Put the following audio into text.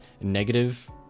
negative